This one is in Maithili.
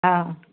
हँ